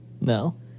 No